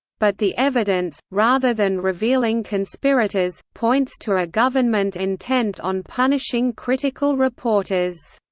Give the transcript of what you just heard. but the evidence, rather than revealing conspirators, points to a government intent on punishing critical reporters.